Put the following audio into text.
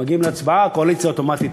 מגיעים להצבעה, הקואליציה אוטומטית